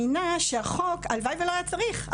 הלוואי שלא היה צריך,